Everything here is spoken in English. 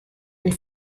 and